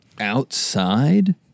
Outside